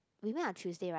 we met on Tuesday right